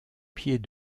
pieds